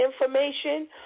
information